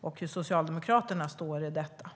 Var står Socialdemokraterna när det gäller det?